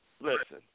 listen